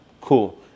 cool